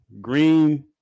Green